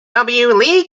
lee